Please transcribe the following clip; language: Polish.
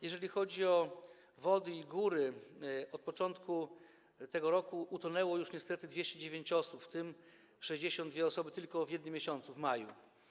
Jeżeli chodzi o wody i góry, to od początku tego roku utonęło już niestety 209 osób, w tym 62 osoby tylko w jednym miesiącu, w maju.